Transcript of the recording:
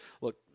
look